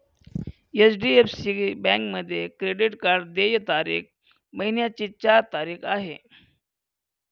HDFC बँकेमध्ये credit card देय तारीख महिन्याची चार तारीख आहे